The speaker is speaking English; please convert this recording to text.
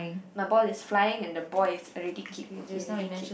my ball is flying and the boy is already kick he already kick